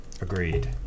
agreed